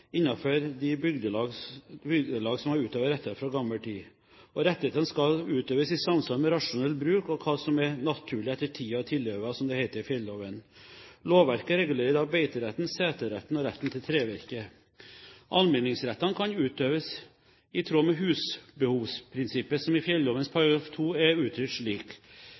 innenfor de bygdelag som har utøvet rettighetene fra gammel tid. Rettighetene skal utøves «i samsvar med rasjonell bruk» og hva som er «naturlig etter tida og tilhøva», som det heter i fjelloven. Lovverket regulerer i dag beiteretten, seterretten og retten til trevirke. Allmenningsrettene kan utøves i tråd med «husbehovsprinsippet», som i fjelloven § 2 er uttrykt slik: